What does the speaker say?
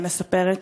היא מספרת,